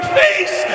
face